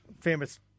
famous